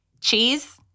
cheese